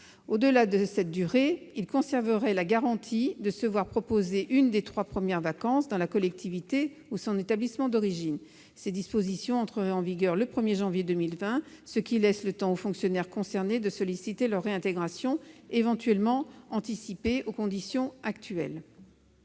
Au-delà de cette période, l'agent conserverait la garantie de se voir proposer une des trois premières vacances dans sa collectivité ou son établissement d'origine. Ces dispositions entreraient en vigueur le 1 janvier 2020, ce qui laisse le temps aux fonctionnaires concernés de solliciter leur réintégration, éventuellement anticipée, aux conditions actuelles.